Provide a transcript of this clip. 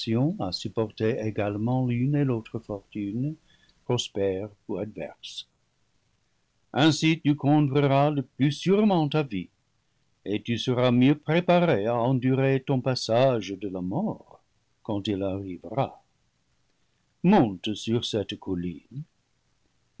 l'une et l'autre fortune prospère ou adverse ainsi lu conduiras le plus sûrement ta vie et lu seras mieux préparé à endurer ton passage de la mort quand il arrivera monte sur cette colline